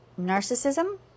narcissism